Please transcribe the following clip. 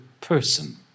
person